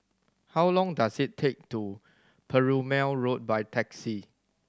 how long does it take to Perumal Road by taxi